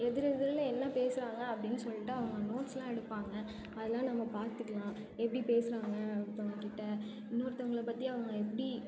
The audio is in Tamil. எதிர் எதிரில் என்னப் பேசுகிறாங்க அப்படின் சொல்லிட்டு அவங்க நோட்ஸ்லாம் எடுப்பாங்கள் அதெலாம் நம்ம பார்த்துக்குலாம் எப்படி பேசுகிறாங்க ஒருத்தவங்கக்கிட்ட இன்னொருத்தவங்களைப் பற்றி அவங்க எப்படி